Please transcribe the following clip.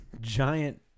giant